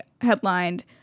headlined